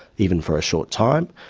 even for a short time.